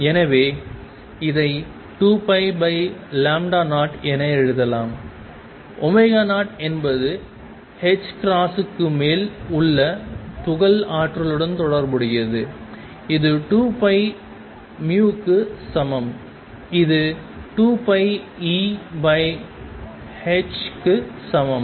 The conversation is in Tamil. எனவே இதை 2π0 என எழுதலாம் 0 என்பது க்கு மேல் உள்ள துகள் ஆற்றலுடன் தொடர்புடையது இது 2πν க்கு சமம் இது 2πEhக்கு சமம்